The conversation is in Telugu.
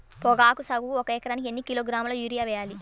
పొగాకు సాగుకు ఒక ఎకరానికి ఎన్ని కిలోగ్రాముల యూరియా వేయాలి?